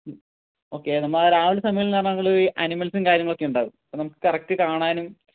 ഹും okay നമ്മൾ രാവിലെ സമയം എന്ന് പറഞ്ഞാൽ നമ്മൾ ഒരു അനിമൽസും കാര്യങ്ങളൊക്കെ ഉണ്ടാകും അപ്പോൾ നമുക്ക് കറക്റ്റ് കാണാനും